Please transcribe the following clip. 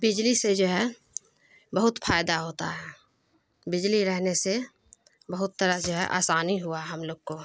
بجلی سے جو ہے بہت فائدہ ہوتا ہے بجلی رہنے سے بہت طرح جو ہے آسانی ہوا ہم لوگ کو